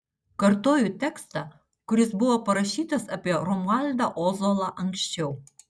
kartoju tekstą kuris buvo parašytas apie romualdą ozolą anksčiau